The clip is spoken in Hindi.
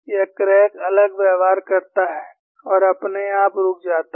यह क्रैक अलग व्यव्हार करता है और अपने आप रुक जाता है